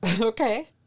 Okay